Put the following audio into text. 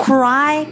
Cry